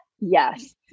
yes